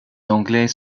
anglais